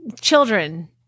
children